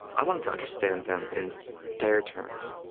i wanted to understand them in their terms,